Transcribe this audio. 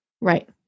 Right